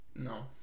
No